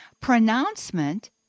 pronouncement